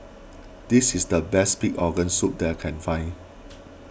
this is the best Pig Organ Soup that I can find